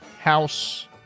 house